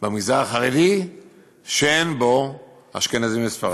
במגזר החרדי שאין בו אשכנזים וספרדים.